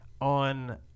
on